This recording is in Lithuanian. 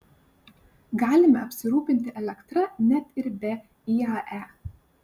galime apsirūpinti elektra net ir be iae